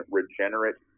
regenerate